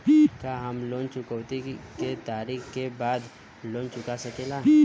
का हम लोन चुकौती के तारीख के बाद लोन चूका सकेला?